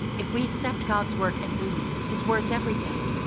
if we accept god's work and read his words every day,